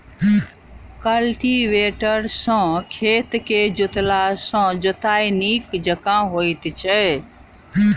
cultivator सॅ खेत के जोतला सॅ जोताइ नीक जकाँ होइत छै